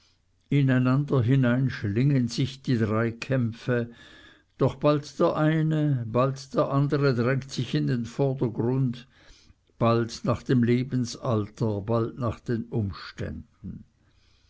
einander hinein schlingen sich die drei kämpfe doch bald der eine bald der andere drängt sich in den vordergrund bald nach dem lebensalter bald nach den umständen